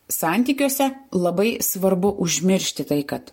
santykiuose labai svarbu užmiršti tai kad